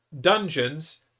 Dungeons